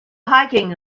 hiking